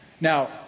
Now